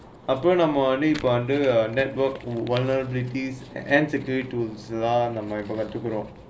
afternoon or morning but the network vulnerabilities and securities tools lah இப்பே காட்டிருக்கும்:ippe kaatteerikkum